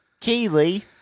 Keely